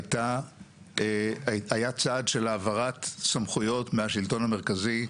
היה צעד של העברת סמכויות מהשלטון המרכזי,